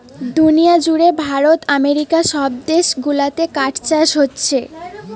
দুনিয়া জুড়ে ভারত আমেরিকা সব দেশ গুলাতে কাঠ চাষ হোচ্ছে